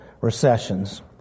recessions